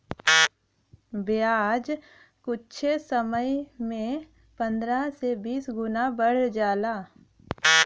बियाज कुच्छे समय मे पन्द्रह से बीस गुना बढ़ जाला